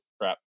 crap